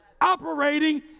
Operating